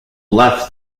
left